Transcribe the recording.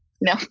no